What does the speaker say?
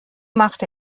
machte